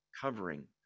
covering